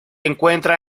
encuentra